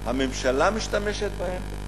הממשלה משתמשת בהן,